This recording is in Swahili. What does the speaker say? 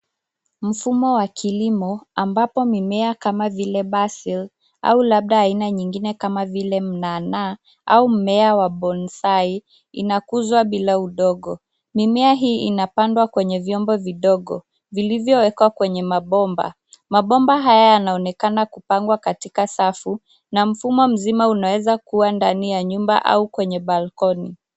Mfumo wa kilimo ambapo mimea kama vile basil au labda aina nyingine kama vile mnanaa au mmea wa bonfai , inakuzwa bila udongo. Mimea hii inapandwa kwenye vyombo vidogo vilivyoekwa kwenye mabomba. Mabomba haya yanaonekana kupangwa katika safu na mfumo mzima unaweza kuwa ndani ya nyumba au kwenye balcony .